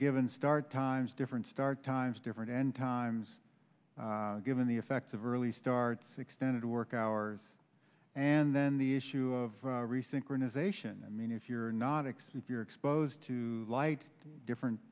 given start times different start times different end times given the effects of early starts extended work hours and then the issue of re synchronization i mean if you're not extent you're exposed to light different